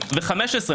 2015,